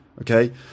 okay